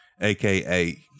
AKA